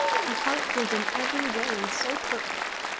her heart was in every way so perfect,